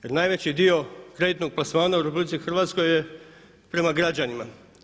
Jer najveći dio kreditnog plasmana u RH je prema građanima.